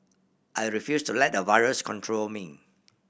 I refuse to let a virus control me